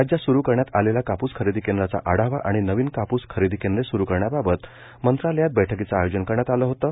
राज्यात सुरू करण्यात आलेल्या कापूस खरेदी केंद्राचा आढावा आणि नवीनकापूस खरेदी केंद्रे स्रू करण्याबाबत मंत्रालयात बैठकीचं आयोजन करण्यात आलं होतं